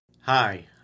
Hi